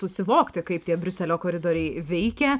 susivokti kaip tie briuselio koridoriai veikia